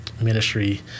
ministry